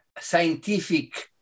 scientific